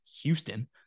Houston